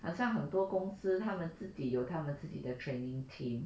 好像很多公司他们自己有他们自己的 training team